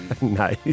Nice